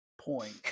point